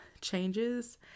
changes